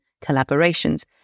Collaborations